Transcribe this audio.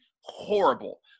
horrible